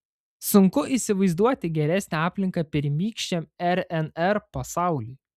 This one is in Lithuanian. sunku įsivaizduoti geresnę aplinką pirmykščiam rnr pasauliui